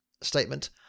statement